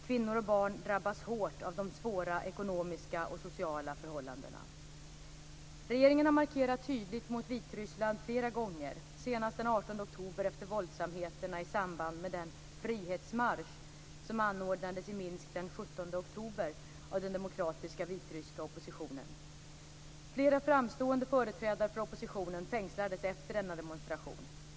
Kvinnor och barn drabbas hårt av de svåra ekonomiska och sociala förhållandena. Regeringen har markerat tydligt mot Vitryssland flera gånger, senast den 18 oktober efter våldsamheterna i samband med den "frihetsmarsch" som anordnades i Minsk den 17 oktober av den demokratiska vitryska oppositionen. Flera framstående företrädare för oppositionen fängslades efter denna demonstration.